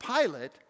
Pilate